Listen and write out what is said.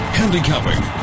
handicapping